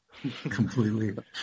Completely